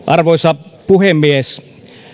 arvoisa puhemies